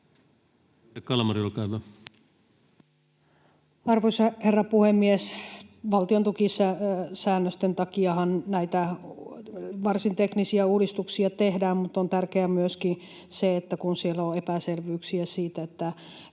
Arvoisa herra puhemies! Valtiontukisäännösten takiahan näitä varsin teknisiä uudistuksia tehdään, mutta on tärkeää myöskin se, että kun siellä on epäselvyyksiä siitä, mitkä